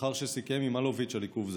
לאחר שסיכם עם אלוביץ' על עיכוב זה."